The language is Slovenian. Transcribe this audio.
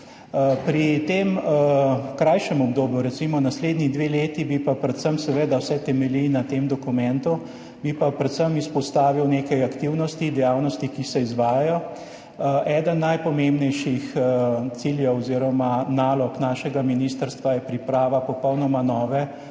V tem krajšem obdobju, recimo naslednji 2 leti, pa seveda vse temelji predvsem na tem dokumentu, bi pa izpostavil nekaj aktivnosti, dejavnosti, ki se izvajajo. Eden najpomembnejših ciljev oziroma nalog našega ministrstva je priprava popolnoma nove